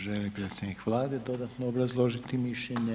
Želi li predstavnik Vlade dodatno obrazložiti mišljenje?